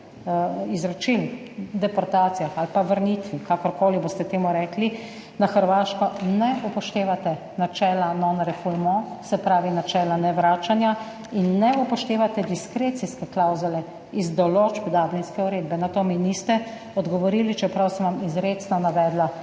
izročili, o deportacijah ali vrnitvi, kakorkoli boste temu rekli, na Hrvaško, ne upoštevate načela non-refoulement, se pravi načela nevračanja, in ne upoštevate diskrecijske klavzule iz določb Dublinske uredbe. Na to mi niste odgovorili, čeprav sem vam izrecno navedla,